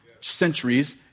centuries